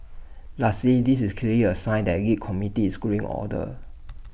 lastly this is clearly A sign that the geek community is growing older